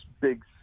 big